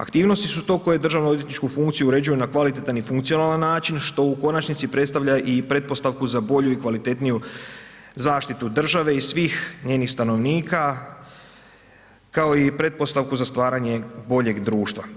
Aktivnosti su to koje državno-odvjetničku funkciju uređuju na kvalitetan i funkcionalan način što u konačnici i predstavlja i pretpostavku za bolju i kvalitetniju zaštitu države i svih njenih stanovnika kao i pretpostavku za stvaranje boljeg društva.